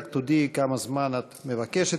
רק תודיעי כמה זמן את מבקשת.